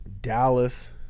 Dallas